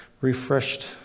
refreshed